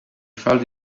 felt